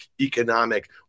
economic